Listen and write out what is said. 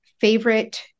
favorite